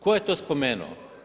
Ko je to spomenuo?